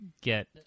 get